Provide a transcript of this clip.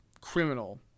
criminal